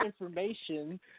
information